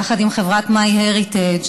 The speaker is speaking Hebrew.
יחד עם חברת MyHeritage,